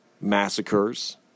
massacres